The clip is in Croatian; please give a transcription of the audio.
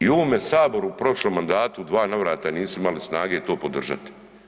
I u ovome Saboru u prošlom mandatu u dva navrata nisu imali snage to podržati.